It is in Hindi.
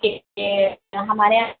के लिए हमारे यहाँ